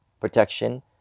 protection